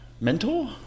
mentor